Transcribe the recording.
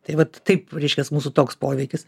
tai vat taip reiškias mūsų toks poveikis